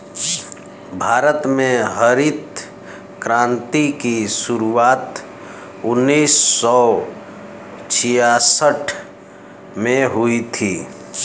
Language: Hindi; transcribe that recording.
भारत में हरित क्रान्ति की शुरुआत उन्नीस सौ छियासठ में हुई थी